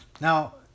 now